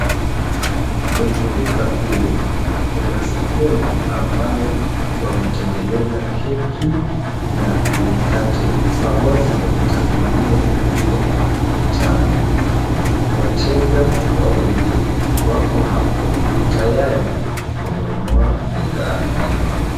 Kwenye duka kuu, kuna sehemu ambayo wametengeneza keki na mikate, pamoja na vitafunio vingine vitamu. Wateja wawili wako hapo tayari kununua bidhaa hiyo.